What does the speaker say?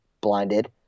blinded